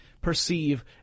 perceive